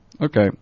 Okay